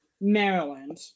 maryland